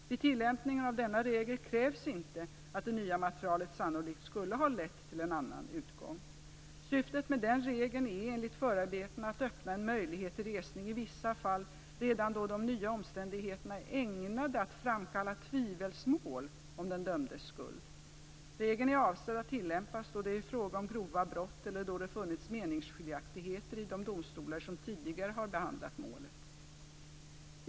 Vid tillämpningen av denna regel krävs inte att det nya materialet sannolikt skulle ha lett till en annan utgång. Syftet med denna regel är enligt förarbetena att öppna en möjlighet till resning i vissa fall, redan då de nya omständigheterna är ägnade att framkalla tvivelsmål om den dömdes skuld. Regeln är avsedd att tillämpas då det är fråga om grova brott eller då det funnits meningsskiljaktigheter i de domstolar som tidigare har behandlat målet.